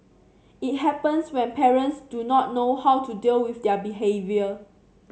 it happens when parents do not know how to deal with their behaviour